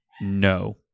No